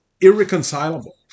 irreconcilable